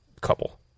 couple